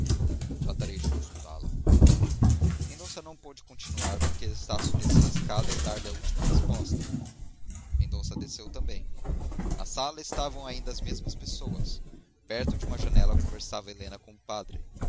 tratarei de consultá-la mendonça não pôde continuar porque estácio descia a escada ao dar-lhe a última resposta mendonça desceu também na sala estavam ainda as mesmas pessoas perto de uma janela conversava helena com o padre